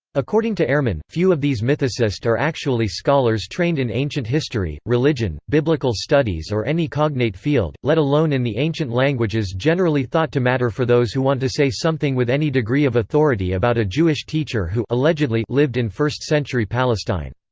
according to ehrman few of these mythicists are actually scholars trained in ancient history, religion, biblical studies or any cognate field, let alone in the ancient languages generally thought to matter for those who want to say something with any degree of authority about a jewish teacher who lived in first-century palestine.